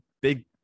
big